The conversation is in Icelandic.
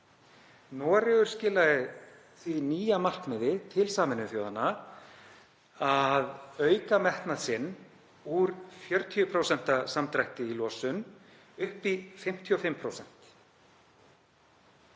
Noregur skilaði því nýja markmiði til Sameinuðu þjóðanna að auka metnað sinn úr 40% samdrætti í losun upp í 55%.